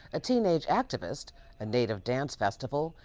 a teenage activist and native dance festival,